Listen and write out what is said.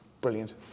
brilliant